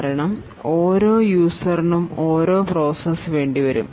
കാരണം ഓരോ യൂസർ നും ഓരോ പ്രോസസ് വേണ്ടിവരും